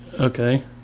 Okay